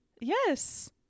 Yes